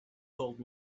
told